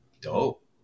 dope